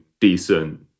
decent